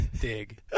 dig